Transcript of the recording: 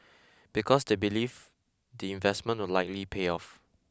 because they believe the investment will likely pay off